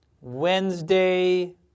Wednesday